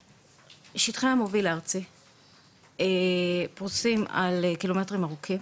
שטחי המוביל הארצי פרוסים על קילומטרים ארוכים